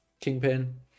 Kingpin